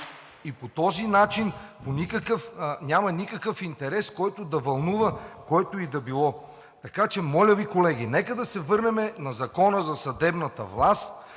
И по този начин няма никакъв интерес, който да вълнува когото и да било. Моля Ви, колеги, нека да се върнем на Закона за съдебната власт